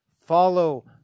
follow